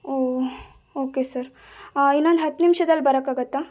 ಓಹ್ okay sir ಇನ್ನೊಂದು ಹತ್ತು ನಿಮಿಷದಲ್ಲಿ ಬರೋಕ್ಕಾಗುತ್ತಾ